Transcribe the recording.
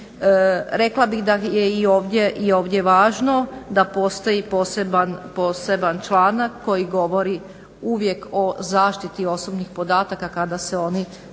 Rekla bih da je i ovdje važno da postoji poseban članak koji govori uvijek o zaštiti osobnih podataka kada se oni razmjenjuju